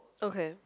okay